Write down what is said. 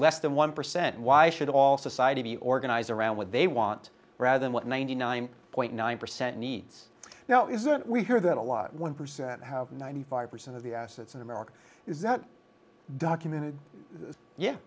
less than one percent why should all society be organized around what they want rather than what ninety nine point nine percent needs now is that we hear that a lot one percent have ninety five percent of the assets in america is that documented ye